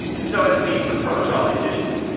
and so as we approach all these issues,